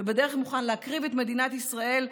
ובדרך מוכן להקריב את מדינת ישראל,